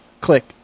Click